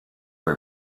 were